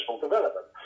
Development